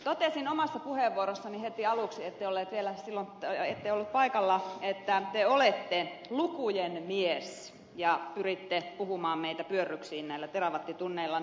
totesin omassa puheenvuorossani heti aluksi ette ollut vielä silloin paikalla että te olette lukujen mies ja pyritte puhumaan meitä pyörryksiin näillä terawattitunneillanne